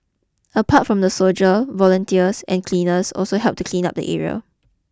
apart from the soldier volunteers and cleaners also helped to clean up the area